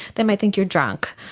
they might think you are drunk.